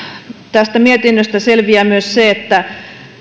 tästä mietinnöstä selviää myös se että